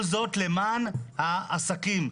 וכל זאת למען העסקים.